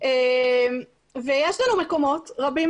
יש מקומות רבים,